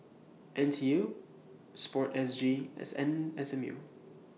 N T U Sport S G as N S M U